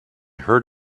heard